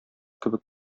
кебек